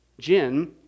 Jin